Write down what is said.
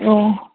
ꯎꯝ